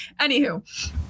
Anywho